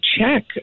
check